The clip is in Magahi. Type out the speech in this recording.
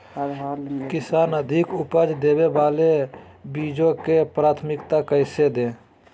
किसान अधिक उपज देवे वाले बीजों के प्राथमिकता कैसे दे?